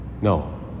No